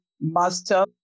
master